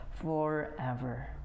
forever